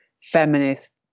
feminist